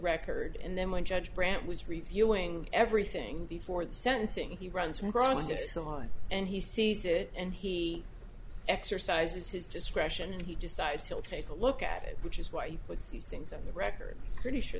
record and then when judge brandt was reviewing everything before the sentencing he runs from growing stiff so on and he sees it and he exercises his discretion and he decides he'll take a look at it which is why you would see things on the record pretty sure